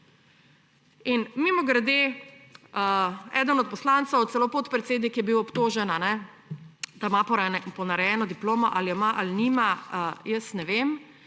Mimogrede, eden od poslancev, celo podpredsednik je bil obtožen, da ima ponarejeno diplomo, ali jo ima ali nima, jaz ne vem,